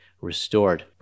restored